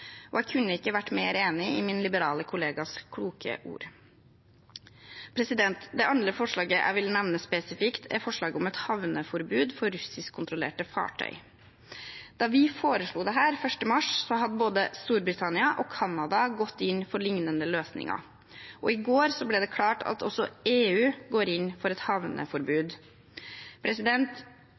Jeg kunne ikke ha vært mer enig i min liberale kollegas kloke ord. Det andre forslaget jeg vil nevne spesifikt, er forslaget om et havneforbud for russiskkontrollerte fartøy. Da vi foreslo dette den 1. mars, hadde både Storbritannia og Canada gått inn for lignende løsninger. I går ble det klart at også EU går inn for et havneforbud.